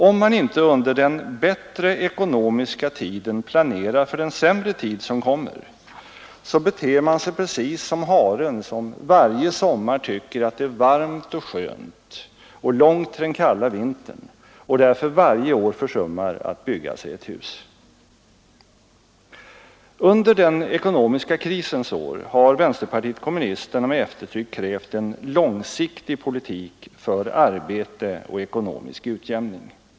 Om man inte under den bättre ekonomiska tiden planerar för den sämre tid som kommer, så beter man sig precis som haren som varje sommar tycker att det är varmt och skönt och långt till den kalla vintern, och därför varje år försummar att bygga sig ett hus. Under den ekonomiska krisens år har vänsterpartiet kommunisterna med eftertryck krävt en långsiktig politik för arbete och ekonomisk utjämning.